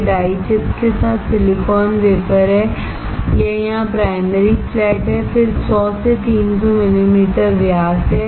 यह die chips के साथ सिलिकॉन वेफर है यह यहां प्राइमरी फ्लैट है फिर 100 से 300 मिलीमीटर व्यास हैं